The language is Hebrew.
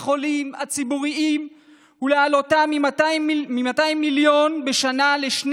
החולים הציבוריים ולהעלותם מ-200 מיליון בשנה ל-2